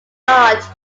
art